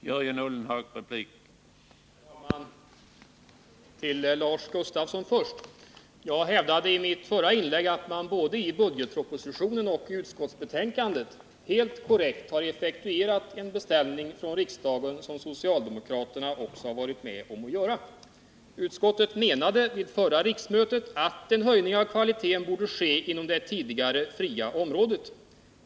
Herr talman! Först vill jag säga till Lars Gustafsson att jag i mitt förra inlägg hävdade att man både i budgetpropositionen och i utskottsbetänkandet helt korrekt har effektuerat en beställning från riksdagen, som också socialdemokraterna har varit med om att göra. Vid förra riksmötet menade utskottet att en höjning av kvaliteten borde ske inom det tidigare fria området.